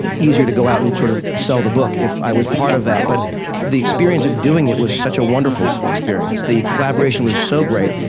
easier to go out and sort of sell the book if i was a part of that, but the experience of doing it was such a wonderful experience. the collaboration was so great,